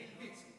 מלביצקי.